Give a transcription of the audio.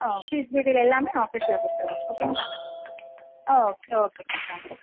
ஆ fee detail எல்லாமே ஆஃபீஸில் கொடுத்துருவாங்க ஓகேங்களா ஓகே ஓகேப்பா தேங்க் யூ